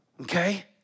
Okay